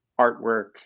artwork